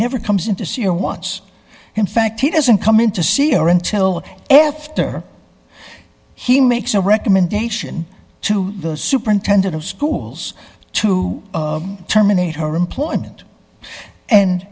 never comes in to see her once in fact he doesn't come in to see her until after he makes a recommendation to the superintendent of schools to terminate her employment and